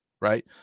right